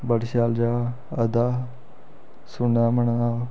बड़ी शैल जगह् अदा सुन्ने दी बने दा